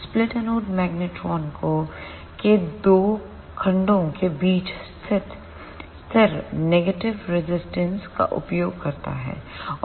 split anode magnetron anode के दो खंडों के बीच स्थिर नेगेटिव रजिस्टेंस का उपयोग करता है